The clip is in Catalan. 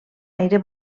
aire